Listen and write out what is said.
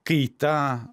kai tą